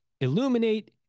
Illuminate